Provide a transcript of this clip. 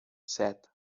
set